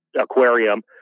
aquarium